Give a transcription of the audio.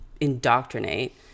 indoctrinate